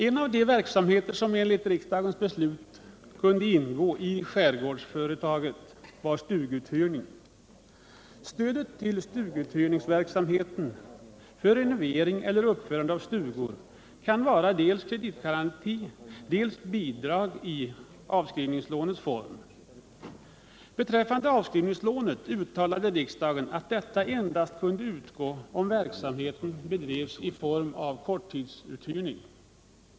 En av de verksamheter som enligt riksdagens beslut kunde ingå i skärgårdsföretaget var stuguthyrning. Stödet till stuguthyrningsverksamheten för renovering eller uppförande av stugor kan utgöras dels av kreditgaranti, dels av bidrag i form av avskrivningsbidrag. Beträffande avskrivningslånet uttalade riksdagen att detta kunde utgå endast om verksamheten bedrevs i form av korttidsuthyrning.